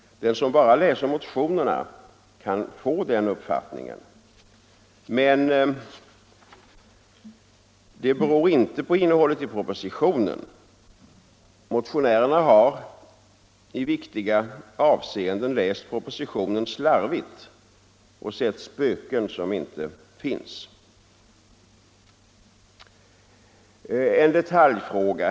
Den som bara läser motionerna kan få den uppfattningen, men det beror inte på innehållet i propositionen. Motionärerna har i viktiga avseenden läst propositionen slarvigt och sett spöken som inte finns. Så några ord om en detaljfråga.